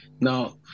Now